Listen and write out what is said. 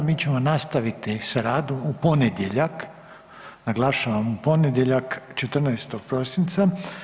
Mi ćemo nastaviti s radom u ponedjeljak, naglašavam u ponedjeljak 14. prosinca.